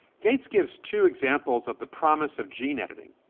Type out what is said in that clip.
gates gives two examples of the promise of gene editing.